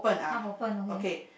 half open okay